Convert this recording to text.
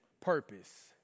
purpose